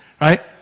Right